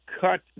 cut